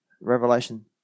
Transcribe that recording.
Revelation